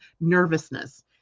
nervousness